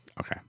Okay